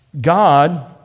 God